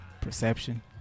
perception